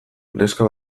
neska